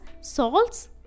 salts